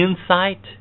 insight